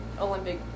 olympic